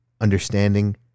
understanding